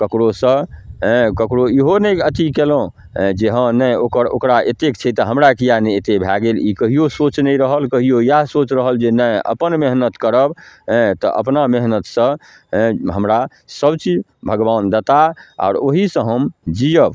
ककरोसँ हेँ ककरो इहो नहि अथी कएलहुँ हेँ जे हँ नहि ओकर ओकरा एतेक छै तऽ हमरा किएक नहि एतेक भऽ गेल ई कहिओ सोच नहि रहल कहिओ इएह सोच रहल जे नहि अपन मेहनति करब हेँ तऽ अपना मेहनतिसँ हेँ हमरा सबचीज भगवान देताह आओर ओहिसँ हम जिअब